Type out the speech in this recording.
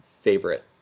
favorite